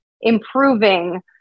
improving